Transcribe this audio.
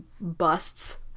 busts